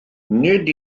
nid